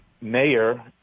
mayor